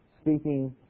Speaking